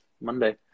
Monday